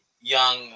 young